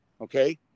okay